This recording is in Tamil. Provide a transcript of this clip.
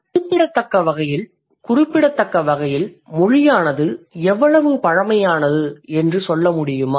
குறிப்பிடத்தக்க வகையில் மொழியானது எவ்வளவு பழையது என்று சொல்ல முடியுமா